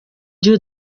gihe